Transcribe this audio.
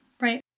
right